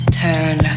turn